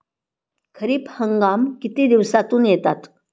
खरीप हंगाम किती दिवसातून येतात?